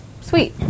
Sweet